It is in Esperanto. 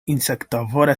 insektovora